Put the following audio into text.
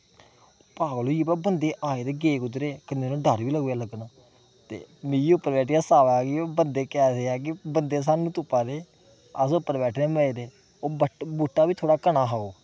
पागल होई गे भाई बंदे आए ते गे कुद्धरै ई कन्नै उ'नेंई डर बी लेई पेआ लग्गन ते मिगी उप्पर बेठियै हस्सा आवै भाई कि बंदे कैसे ऐ कि बंदे सानूं तुप्पा दे अस उप्पर बैठे दे आं मजे दे ओह् बट बूह्टा बी थोह्ड़ा घना हा ओह्